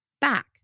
back